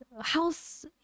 House